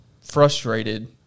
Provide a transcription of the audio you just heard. frustrated